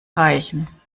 reichen